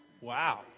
Wow